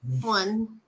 one